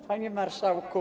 Panie Marszałku!